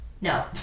No